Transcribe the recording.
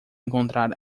encontrar